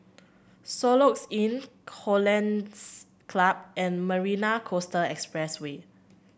Soluxe Inn Hollandse Club and Marina Coastal Expressway